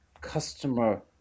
customer